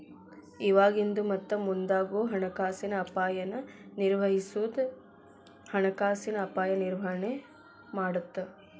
ಇವಾಗಿಂದು ಮತ್ತ ಮುಂದಾಗೋ ಹಣಕಾಸಿನ ಅಪಾಯನ ನಿರ್ವಹಿಸೋದು ಹಣಕಾಸಿನ ಅಪಾಯ ನಿರ್ವಹಣೆ ಮಾಡತ್ತ